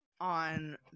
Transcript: on